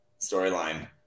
storyline